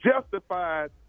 justified